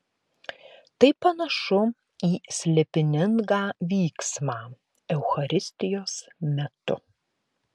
tai panašu į slėpiningą vyksmą eucharistijos metu